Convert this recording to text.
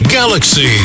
Galaxy